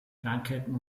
krankheiten